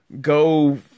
Go